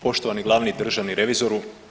Poštovani glavni državni revizoru.